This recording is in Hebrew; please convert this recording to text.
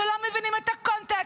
שלא מבינים את הקונטקסט,